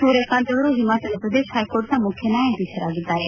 ಸೂರ್ಯಕಾಂತ್ ಅವರು ಹಿಮಾಚಲ ಪ್ರದೇಶ ಹೈಕೋರ್ಟ್ನ ಮುಖ್ಯ ನ್ಯಾಯಾಧೀಶರಾಗಿದ್ದಾರೆ